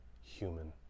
human